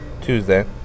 Tuesday